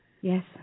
Yes